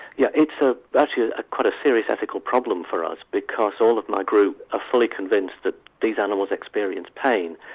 yeah it's actually ah but ah quite a serious ethical problem for us because all of my group are fully convinced that these animals experience pain.